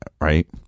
right